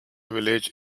village